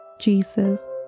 Jesus